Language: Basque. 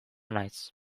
naiz